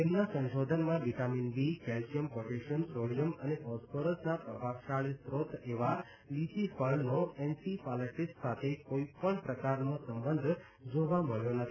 તેમના સંશોધનમાં vitamin B calcium potassium sodium અને ફોસ્ફરસના પ્રભાવશાળી સ્રોત એવા લીચી ફળનો એન્સીફાલીટીસ સાથે કોઇપણ પ્રકારનો સંબંધ જોવા મળ્યો નથી